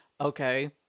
okay